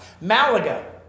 Malaga